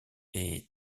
est